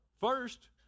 First